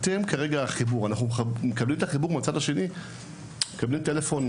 כשאנחנו מקבלים את החיבור מהצד השני, לדוגמה,